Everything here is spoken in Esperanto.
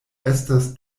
estas